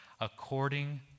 according